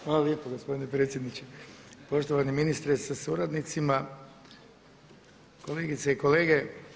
Hvala lijepo gospodine predsjedniče, poštovani ministre sa suradnicima, kolegice i kolege.